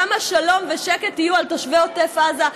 כמה שלום ושקט יהיו לתושבי עוטף עזה.